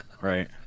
right